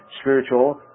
spiritual